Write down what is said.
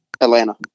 Atlanta